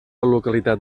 localitat